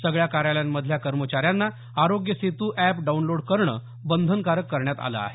सगळ्या कार्यालयामंधल्या कर्मचाऱ्यांना आरोग्य सेतू एप डाऊनलोड करणं बंधनकारक करण्यात आलं आहे